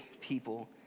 people